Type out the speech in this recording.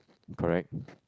correct